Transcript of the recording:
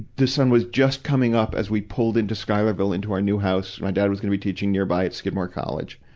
the sun was just coming up as we pulled into schuylerville into our new house. my dad was gonna be teaching nearby at skidmore college.